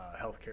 healthcare